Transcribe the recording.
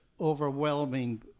overwhelming